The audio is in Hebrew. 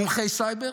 מומחי סייבר,